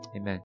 Amen